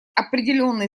определенный